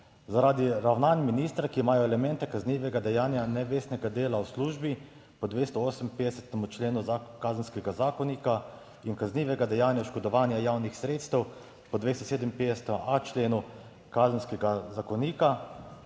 Zaradi ravnanj ministra, ki imajo elemente kaznivega dejanja nevestnega dela v službi po 258. členu Kazenskega zakonika in kaznivega dejanja oškodovanja javnih sredstev po 257.a členu Kazenskega zakonika,